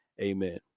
amen